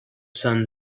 sun